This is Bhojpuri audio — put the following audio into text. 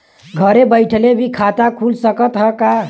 घरे बइठले भी खाता खुल सकत ह का?